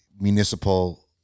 municipal